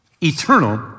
eternal